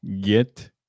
get